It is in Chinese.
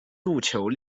入球